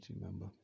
remember